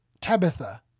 Tabitha